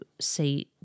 say